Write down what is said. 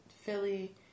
Philly